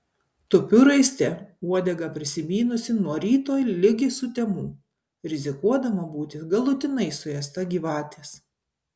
tupiu raiste uodegą prisimynusi nuo ryto ligi sutemų rizikuodama būti galutinai suėsta gyvatės